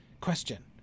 question